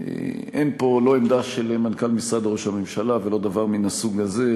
אין פה לא עמדה של מנכ"ל משרד ראש הממשלה ולא דבר מן הסוג הזה,